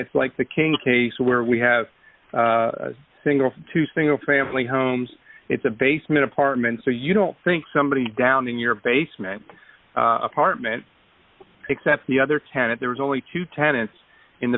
like the king case where we have single two single family homes it's a basement apartment so you don't think somebody down in your basement apartment except the other tenant there was only two tenants in the